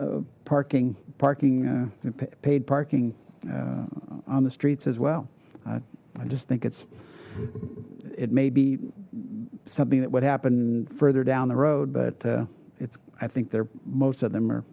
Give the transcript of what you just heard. the parking parking paid parking on the streets as well i just think it's it may be something that what happened further down the road but it's i think they're most of them are